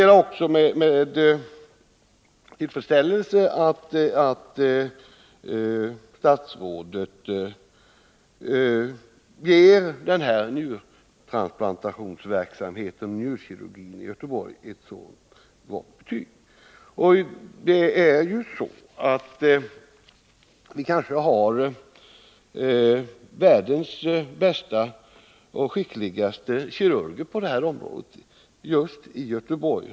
Jag noterar med tillfredsställelse att statsrådet ger njurkirurgin i Göteborg ett så gott betyg. Vi har kanske världens bästa och skickligaste kirurger på detta område just i Göteborg.